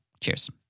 Cheers